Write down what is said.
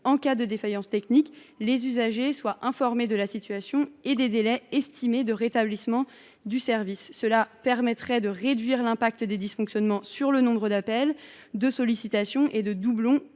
cas de défaillance technique, les usagers soient informés de la situation et des délais estimés de rétablissement du service. Cela permettrait de réduire les effets induits par ces dysfonctionnements : hausse du nombre d’appels et des sollicitations de la